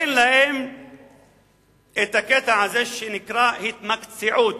אין להם הקטע הזה שנקרא התמקצעות.